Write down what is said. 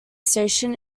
station